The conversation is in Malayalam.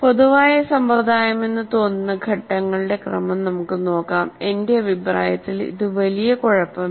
പൊതുവായ സമ്പ്രദായമെന്ന് തോന്നുന്ന ഘട്ടങ്ങളുടെ ക്രമം നമുക്ക് നോക്കാം എന്റെ അഭിപ്രായത്തിൽ ഇത് വലിയ കുഴപ്പമില്ല